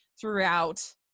throughout